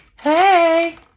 Hey